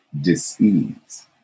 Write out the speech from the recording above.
disease